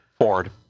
Ford